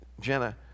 Jenna